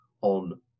on